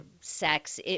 sex